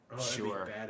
sure